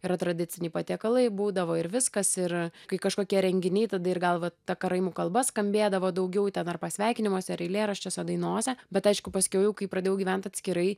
ir tradiciniai patiekalai būdavo ir viskas ir kai kažkokie renginiai tada ir gal va ta karaimų kalba skambėdavo daugiau ten ar pasveikinimuose eilėraščiuose dainose bet aišku paskiau jau kai pradėjau gyvent atskirai